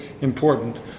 important